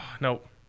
Nope